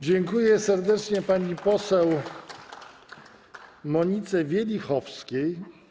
Dziękuję serdecznie pani poseł Monice Wielichowskiej.